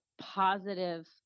positive